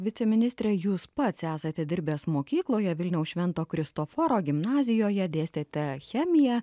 viceministre jūs pats esate dirbęs mokykloje vilniaus švento kristoforo gimnazijoje dėstėte chemiją